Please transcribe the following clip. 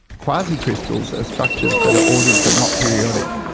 quasicrystals are structures that are ordered but not periodic.